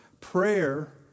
prayer